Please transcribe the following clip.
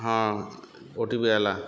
ହଁ O T P ଆଏଲା